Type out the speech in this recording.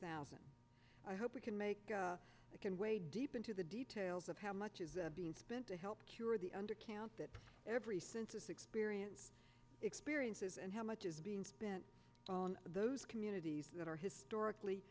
thousand i hope we can make again way deep into the details of how much is being spent to help cure the undercount that every census experience experiences and how much is being spent on those communities that are historically